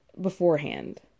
beforehand